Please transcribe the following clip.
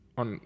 on